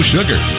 Sugar